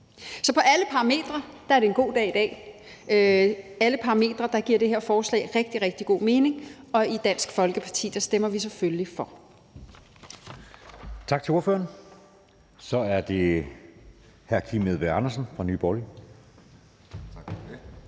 Så på alle parametre er det en god dag i dag. På alle parametre giver det her forslag rigtig, rigtig god mening, og i Dansk Folkeparti stemmer vi selvfølgelig for. Kl. 15:00 Anden næstformand (Jeppe Søe): Tak til ordføreren. Så er det hr. Kim Edberg Andersen fra Nye Borgerlige. Kl.